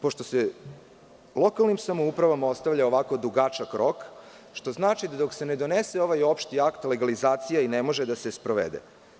Pošto se lokalnim samouprava ostavlja ovako dugačak rok, to znači da dok se ne donese ovaj opšti akt legalizacija i ne može da se sprovede.